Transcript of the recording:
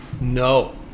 No